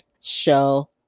show